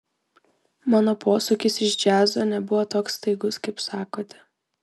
mano posūkis iš džiazo nebuvo toks staigus kaip sakote